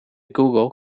google